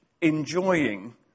enjoying